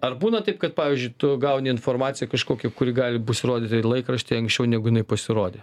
ar būna taip kad pavyzdžiui tu gauni informaciją kažkokią kuri gali pasirodyti laikraštyje anksčiau negu jinai pasirodė